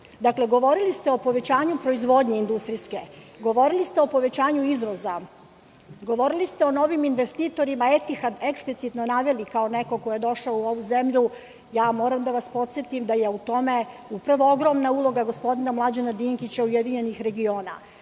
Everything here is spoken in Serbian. Dakle, govorili ste o povećanju proizvodnje industrijske. Govorili ste o povećanju izvoza. Govorili ste o novim investitorima „Etihad“ ekplicitno naveli kao neko ko je došao u ovu zemlju. Moram da vas podsetim da je u tome upravo ogromna uloga gospodina Mlađana Dinkića, URS. Govorili